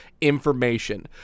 information